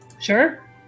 Sure